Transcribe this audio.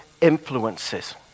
influences